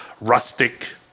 rustic